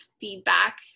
feedback